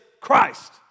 Christ